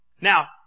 Now